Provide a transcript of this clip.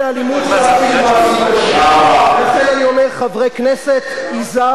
לכן אני אומר, חברי כנסת, היזהרו בהצבעתכם.